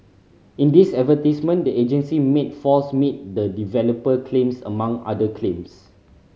in these advertisements the agency made false meet the developer claims among other claims